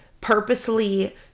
purposely